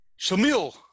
Shamil